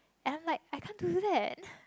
I'm like I'm can't do that